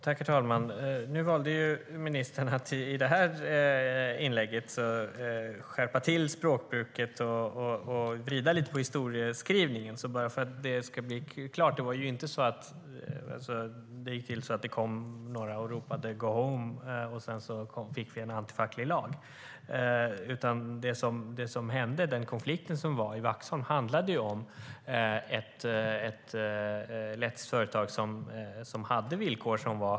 Herr talman! Nu valde ministern att i det här inlägget skärpa till språkbruket och vrida lite på historieskrivningen. Det gick inte till så att det kom några och ropade "Go home!" och så fick vi en antifacklig lag. Konflikten i Vaxholm handlade om ett lettiskt företag som hade sämre villkor.